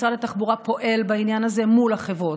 משרד התחבורה פועל בעניין הזה מול החברות.